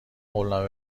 قولنامه